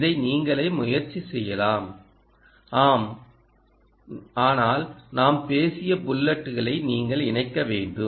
இதை நீங்களே முயற்சி செய்யலாம் ஆனால் நாம் பேசிய புல்லட்களை நீங்கள் இணைக்க வேண்டும்